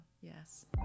yes